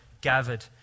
gathered